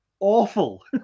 awful